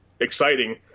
exciting